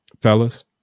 Fellas